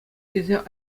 тесе